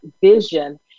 vision